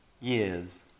years